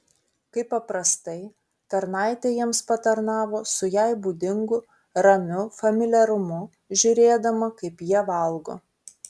kaip paprastai tarnaitė jiems patarnavo su jai būdingu ramiu familiarumu žiūrėdama kaip jie valgo